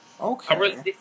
Okay